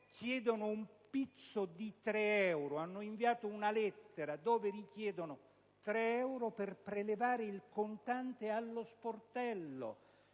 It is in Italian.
chiedono un "pizzo" di tre euro: hanno inviato una lettera dove richiedono tre euro per prelevare il contante allo sportello.